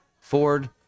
Ford